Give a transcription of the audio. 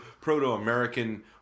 Proto-American